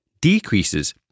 decreases